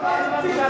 כל פעם מחדש.